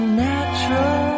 natural